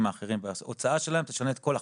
האחרים וההוצאה שלהם תשנה את כל החישוב.